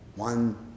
one